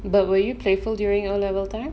but were you playful during O level time